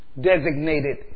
designated